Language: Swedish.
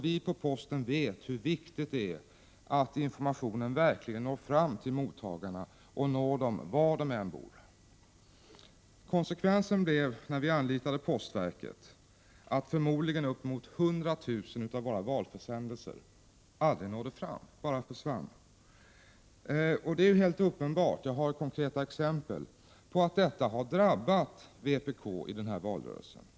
Vi på Posten vet hur viktigt det är att ivägskickad information verkligen når fram till mottagarna och når dem var de än bor.” Konsekvensen av att vi anlitade postverket blev att förmodligen upp emot 100 000 av våra valförsändelser aldrig nådde fram; de bara försvann. Det är helt uppenbart — jag har konkreta exempel — på att detta har drabbat vpk i den här valrörelsen.